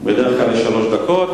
בדרך כלל יש שלוש דקות.